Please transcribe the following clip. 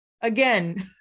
Again